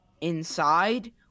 inside